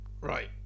Right